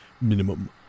minimum